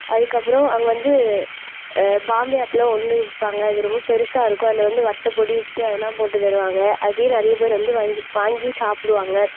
அதுக்கு அப்புறம் அங்கே வந்து பாம்பே அப்பளம் ஒன்று விற்பாங்க அது ரொம்ப பெருசாக இருக்கும் அதில் வந்து வத்தல் பொடி உப்பு அதெல்லாம் போட்டு தருவாங்க அதையும் நிறைய பேர் வந்து வாங்கி வாங்கி சாப்பிடுவாங்க